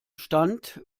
stand